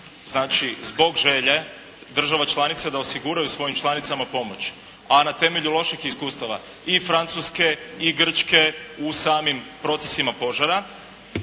znači zbog želje država članica da osiguraju svojim članicama pomoć, a na temelju loših iskustava i Francuske i Grčke u samim procesima požara